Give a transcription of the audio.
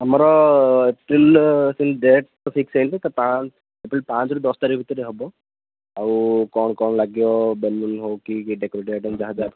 ଆମର ଟିଲ୍ ସେମିତି ଡେଟ୍ ତ ଫିକ୍ସ ହେଇନି ପାଞ୍ଚ ଏପ୍ରିଲ୍ ପାଞ୍ଚରୁ ଦଶ ତାରିଖ ଭିତରେ ହବ ଆଉ କ'ଣ କ'ଣ ଲାଗିବ ବେଲୁନ୍ ହଉ କି ଡେକୋରେଟିଭ୍ ଆଇଟମ୍ ଯାହା ଯାହା